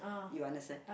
you understand